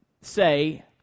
say